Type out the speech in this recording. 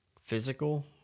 physical